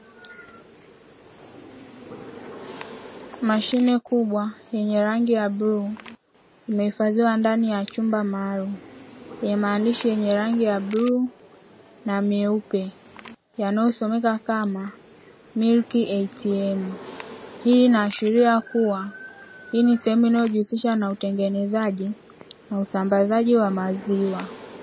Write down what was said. Mashine kubwa yenye rangi ya bluu imehifadhiwa ndani ya chumba maalumu, Yenye maandishi yenye rangi ya bluu na meupe yanayosomeka kama ''milik a t m''. Hii inaashiria kuwa hii ni sehemu inayojihusisha na utengenezaji na usambazaji wa maziwa.